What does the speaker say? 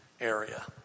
area